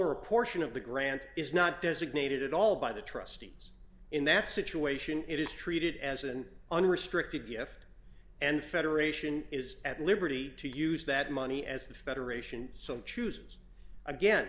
or a portion of the grant is not designated at all by the trustees in that situation it is treated as an unrestricted gift and federation is at liberty to use that money as the federation so chooses again